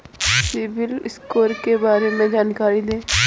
CIBIL score के बारे में जानकारी दें?